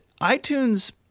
iTunes